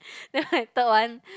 then my third one